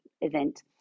event